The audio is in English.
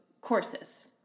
courses